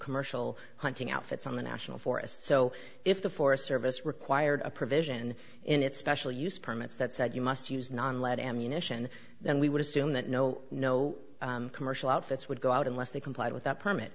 commercial hunting outfits on the national forest so if the forest service required a provision in its special use permits that said you must use non lead ammunition then we would assume that no no commercial outfits would go out unless they complied with a permit